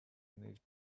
moved